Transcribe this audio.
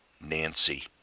Nancy